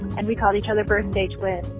and we call each other birthday twins,